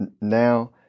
now